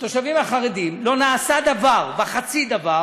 התושבים החרדים, לא נעשה דבר וחצי דבר